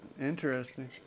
Interesting